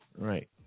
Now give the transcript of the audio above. Right